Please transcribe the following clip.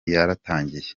yaratangiye